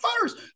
first